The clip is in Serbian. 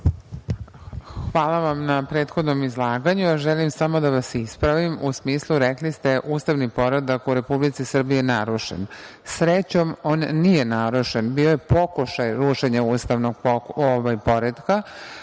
Hvala vam na prethodnom izlaganju. Želim samo da vas ispravim. Rekli ste – ustavni poredak u Republici Srbiji je narušen. Srećom, on nije narušen. Bio je pokušaj rušenja ustavnog poretka